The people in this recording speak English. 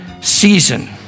season